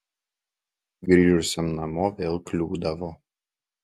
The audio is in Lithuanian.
grįžusiam namo vėl kliūdavo